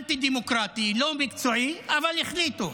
אנטי-דמוקרטי, לא מקצועי, אבל החליטו.